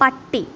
പട്ടി